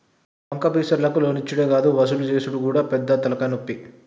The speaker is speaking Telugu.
బాంకాపీసర్లకు లోన్లిచ్చుడే గాదు వసూలు జేసుడు గూడా పెద్ద తల్కాయనొప్పి